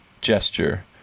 gesture